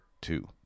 two